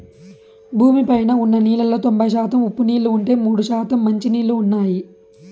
భూమి పైన ఉన్న నీళ్ళలో తొంబై శాతం ఉప్పు నీళ్ళు ఉంటే, మూడు శాతం మంచి నీళ్ళు ఉన్నాయి